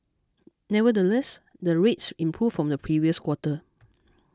nevertheless the rates improved from the previous quarter